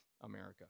america